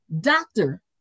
doctor